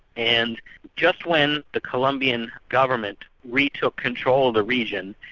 and just when the colombian government re-took control of the region,